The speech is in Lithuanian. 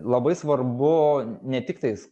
labai svarbu ne tiktais